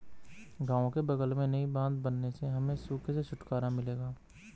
गांव के बगल में नई बांध बनने से हमें सूखे से छुटकारा मिलेगा